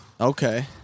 Okay